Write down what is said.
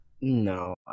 No